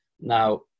Now